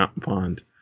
pond